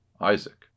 isaac